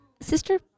Sister